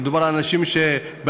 מדובר על אנשים שבתפר,